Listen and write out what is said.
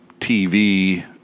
tv